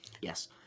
Yes